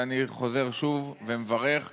אני חוזר ומברך שוב,